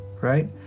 right